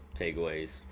takeaways